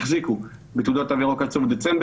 החזיקו בתעודות תו ירוק עד סוף דצמבר,